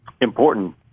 important